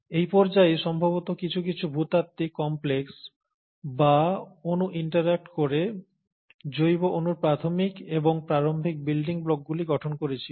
এই পর্যায়েই সম্ভবত কিছু কিছু ভূতাত্ত্বিক কমপ্লেক্স বা অণু ইন্টারঅ্যাক্ট করে জৈব অণুর প্রাথমিক এবং প্রারম্ভিক বিল্ডিং ব্লকগুলি গঠন করেছিল